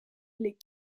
les